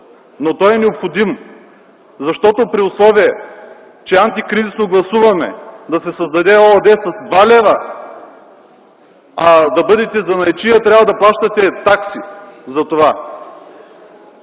но той е необходим, при условие че антикризисно гласуваме да се създаде ООД с два лева, а да бъдете занаятчия, трябва да плащате такси за това.